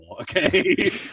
okay